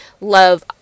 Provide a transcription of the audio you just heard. love